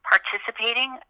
participating